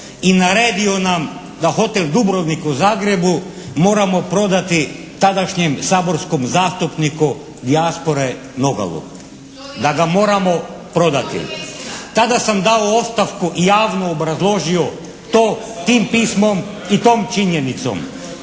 i naredio nam da hotel “Dubrovnik“ u Zagrebu moramo prodati tadašnjem saborskom zastupniku dijaspore Nogalu, da ga moramo prodati. Tada sam dao ostavku i javno obrazložio to tim pismom i tom činjenicom,